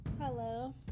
Hello